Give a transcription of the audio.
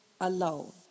alone